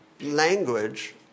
language